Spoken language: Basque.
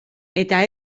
eta